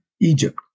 Egypt